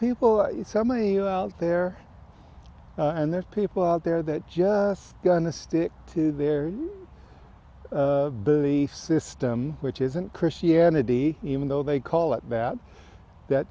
people some of you out there and there's people out there that just gonna stick to their belief system which isn't christianity even though they call it bad that